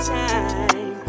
time